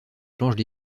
planches